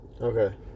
okay